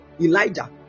Elijah